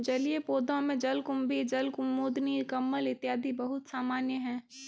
जलीय पौधों में जलकुम्भी, जलकुमुदिनी, कमल इत्यादि बहुत सामान्य है